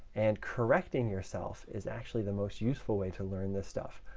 and correcting yourself, is actually the most useful way to learn this stuff.